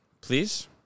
please